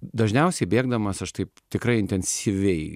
dažniausiai bėgdamas aš taip tikrai intensyviai